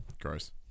gross